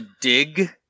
dig